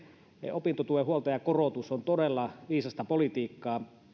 opintotuen huoltajakorotus on todella viisasta politiikkaa